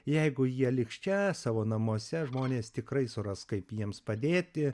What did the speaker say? jeigu jie liks čia savo namuose žmonės tikrai suras kaip jiems padėti